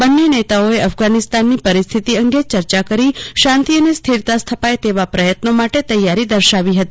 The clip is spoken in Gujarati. બંને નેતાઓએ અફઘાનિસ્તાનની પરિસ્થિતિ અંગે ચર્ચા કરી શાંતિ અને સ્થિરતા સ્થપાય તેવા પ્રયત્નો માટે તૈયારી દર્શાવી હતી